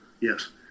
yes